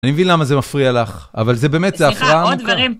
אני מבין למה זה מפריע לך, אבל זה באמת זה הפרעה עמוקה... סליחה, עוד דברים.